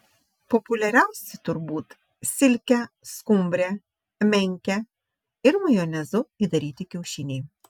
populiariausi turbūt silke skumbre menke ir majonezu įdaryti kiaušiniai